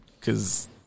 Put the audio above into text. Cause